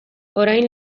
orain